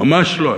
ממש לא.